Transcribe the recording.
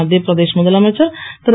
மத்திய பிரதேஷ் முதலமைச்சர் திரு